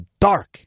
Dark